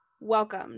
Welcome